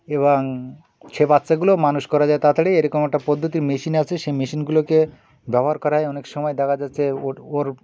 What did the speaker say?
এবং সে বাচ্চাগুলোও মানুষ করা যায় তাড়াতাড়ি এরকম একটা পদ্ধতির মেশিন আছে সেই মেশিনগুলোকে ব্যবহার করায় অনেক সময় দেখা যাচ্ছে ওর ওর